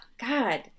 God